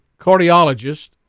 cardiologist